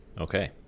Okay